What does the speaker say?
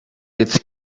its